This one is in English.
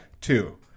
Two